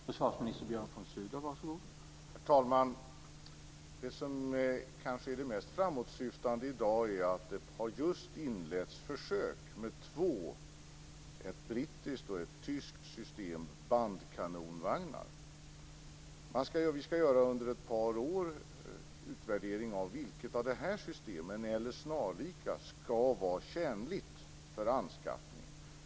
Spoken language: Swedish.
Herr talman! Det som kanske är det mest framåtsyftande i dag är att det just har inletts försök med två Under ett par år ska vi göra en utvärdering av vilket av dessa system eller snarlika som ska vara tjänligt för anskaffning.